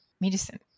medicine